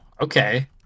Okay